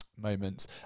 Moments